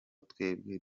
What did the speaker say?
twebwe